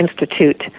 Institute